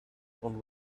und